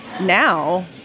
now